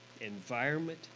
environment